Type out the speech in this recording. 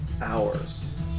hours